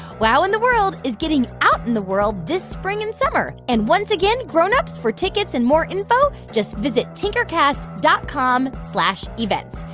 wow in the world is getting out in the world this spring and summer. and once again, grown-ups, for tickets and more info, just visit tinkercast dot com slash events.